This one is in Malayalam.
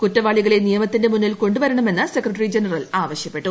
കുറ്റവാളികളെ നിയമത്തിന്റെ മുമ്പിൽ കൊണ്ടുവരണമെന്ന് സെക്രട്ടറി ജനറൽ ആവശ്യപ്പെട്ടു